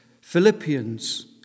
Philippians